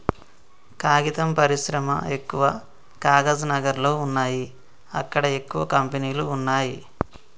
కాగితం పరిశ్రమ ఎక్కవ కాగజ్ నగర్ లో వున్నాయి అక్కడ ఎక్కువ కంపెనీలు వున్నాయ్